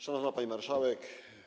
Szanowna Pani Marszałek!